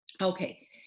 Okay